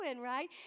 right